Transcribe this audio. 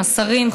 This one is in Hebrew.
השרים,